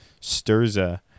Sturza